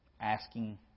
asking